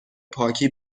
پاکی